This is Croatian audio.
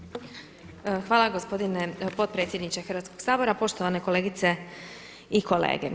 Hvala gospodine podpredsjedniče Hrvatskog sabora, poštovane kolegice i kolege.